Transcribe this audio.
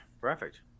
Perfect